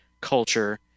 culture